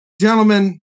Gentlemen